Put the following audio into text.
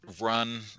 run